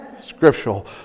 scriptural